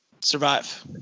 survive